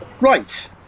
Right